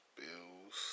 bills